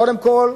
קודם כול,